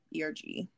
ERG